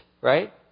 right